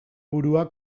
burua